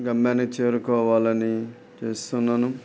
గమ్యాన్ని చేరుకోవాలని చూస్తున్నాను